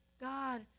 God